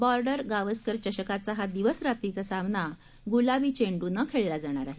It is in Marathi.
बॉर्डर गावस्करचषकाचाहादिवसरात्रीचासामनागुलाबीचेंडूनंखेळलाजाणारआहे